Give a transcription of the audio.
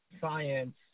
science